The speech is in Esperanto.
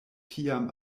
tiam